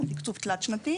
כלומר הוא תקצוב תלת-שנתי.